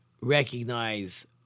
recognize